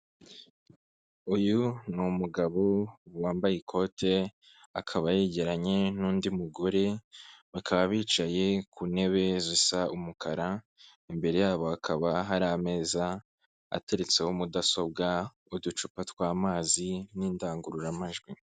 Uyu ni umugabo wambaye ikote akaba yegeranye n'undi mugore bakaba bicaye ku ntebe zisa umukara, imbere yabo hakaba hari ameza ateretseho mudasobwa n'uducupa tw'amazi n'indangururamajwi.